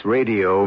Radio